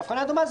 אלא אבחנה דומה,